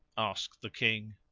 asked the king,